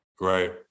right